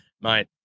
mate